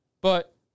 But-